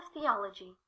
theology